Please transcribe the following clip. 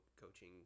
coaching